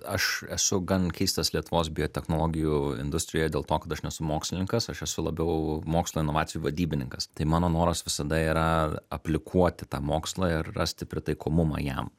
aš esu gan keistas lietuvos biotechnologijų industrijoj dėl to kad aš nesu mokslininkas aš esu labiau mokslo inovacijų vadybininkas tai mano noras visada yra aplikuoti tą mokslą ir rasti pritaikomumą jam